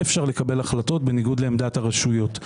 אפשר לקבל החלטות בניגוד לעמדת הרשויות.